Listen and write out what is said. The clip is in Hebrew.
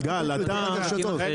למה הוא לא הציג את הרשתות?